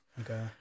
okay